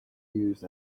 used